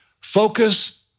focus